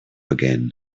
again